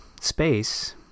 space